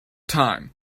time